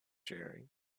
sharing